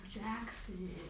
Jackson